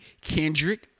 Kendrick